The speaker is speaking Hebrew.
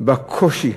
על הקושי,